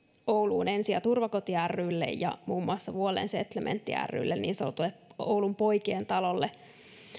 oulun ensi ja turvakoti rylle ja muun muassa vuolle setlementti rylle niin sanotulle oulun poikien talolle